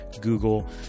google